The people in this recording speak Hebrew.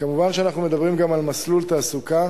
כמובן, אנחנו מדברים גם על מסלול תעסוקה,